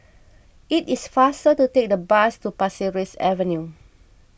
it is faster to take the bus to Pasir Ris Avenue